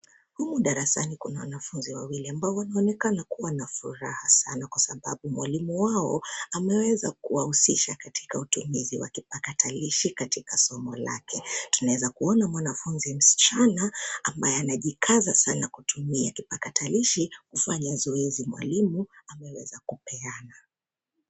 Humu darasani kuna wanafunzi wawili ambao wanaonekana kuwa na furaha sana kwa sababu mwalimu wao ameweza kuwahusisha katika utumizi wa kipakatilishi katika somo lake. Tunaweza kuona mwanafunzi msichana ambaye anajikaza sana kutumia kipakatalishi kufanya zoezi mwalimu ameweza kupeana.